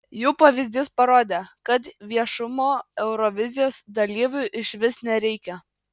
jų pavyzdys parodė kad viešumo eurovizijos dalyviui išvis nereikia